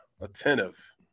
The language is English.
attentive